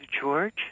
George